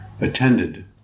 attended